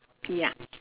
ya